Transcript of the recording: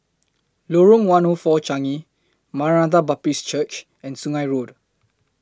Lorong one O four Changi Maranatha Baptist Church and Sungei Road